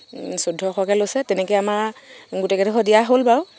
চৈধ্যশকৈ লৈছে তেনেকৈ আমাৰ গোটেই কেইডখৰ দিয়া হ'ল বাৰু